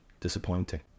disappointing